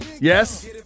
Yes